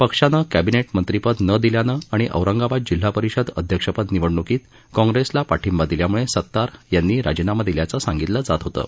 पक्षानं कॅबिनेटमंत्रीपद न दिल्यानं आणि औरंगाबाद जिल्हा परिषद अध्यक्षपद निवडण्कीत काँग्रेसला पाठिंबा दिल्याम्ळं सतार यांनी राजीनामा दिल्याचं सांगितलं जात होतं